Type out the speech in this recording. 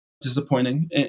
disappointing